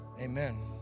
amen